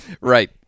Right